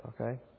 okay